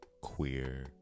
queer